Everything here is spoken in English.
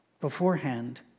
beforehand